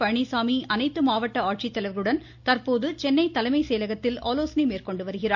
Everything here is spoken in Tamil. பழனிசாமி அனைத்து மாவட்ட ஆட்சித்தலைவர்களுடன் தற்போது சென்னை தலைமைச் செயலகத்தில் ஆலோசனை மேற்கொண்டு வருகிறார்